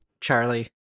Charlie